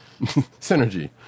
Synergy